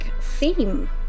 theme